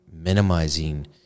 minimizing